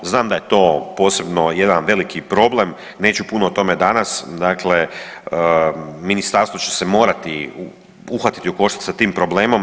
Znam da je to posebno jedan veliki problem, neću puno o tome danas, dakle ministarstvo će se morati uhvatiti u koštac sa tim problemom.